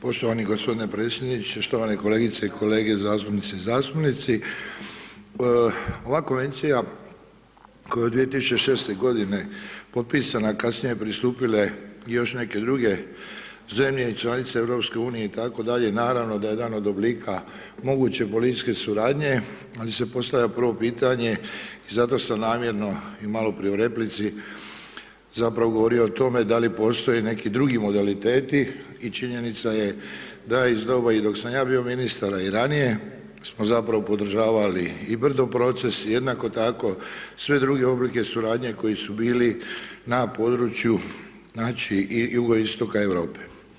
Poštovani g. predsjedniče, štovane kolegice i kolege zastupnice i zastupnici, ova Konvencija koja je 2006.-te godine potpisana, kasnije pristupile još neke druge zemlje i članice EU itd., naravno da je jedan od oblika moguće policijske suradnje, ali se postavlja prvo pitanje i zato sam namjerno i maloprije u replici zapravo govorio o tome da li postoje neki drugi modaliteti i činjenica je da iz doba i dok sam ja bio ministar, a i ranije, smo zapravo podržavali i… [[Govornik se ne razumije]] proces i jednako tako sve druge oblike suradnje koji su bili na području, znači, i jugoistoka Europe.